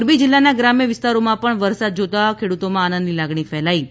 મોરબી જીલ્લાના ગ્રામ્ય વિસ્તારોમાં પણ વરસાદ જોતાં ખેડુતોમાં આનંદની લાગણી ફેલાઇ છે